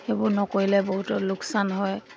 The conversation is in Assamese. সেইবোৰ নকৰিলে বহুতো লোকচান হয়